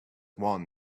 one